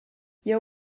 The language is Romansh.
jeu